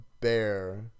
bear